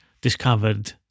discovered